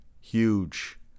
huge